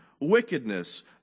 wickedness